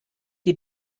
die